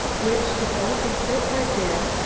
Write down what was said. which, developing bit by bit,